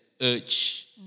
urge